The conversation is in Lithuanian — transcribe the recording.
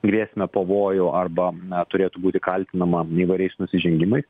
grėsmę pavojų arba na turėtų būti kaltinama įvairiais nusižengimais